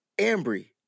Ambry